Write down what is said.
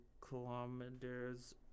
kilometers